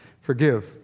forgive